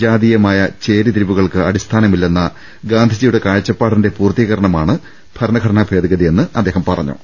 ജാതീയമായ ചേരിതിരിവുകൾക്ക് അടിസ്ഥാനമില്ലെന്ന ഗാന്ധിജിയുടെ കാഴ്ചപ്പാടിന്റെ പൂർത്തീകരണമാണ് ഭരണഘടനാ ഭേദഗ തിയെന്നും അദ്ദേഹം പറഞ്ഞു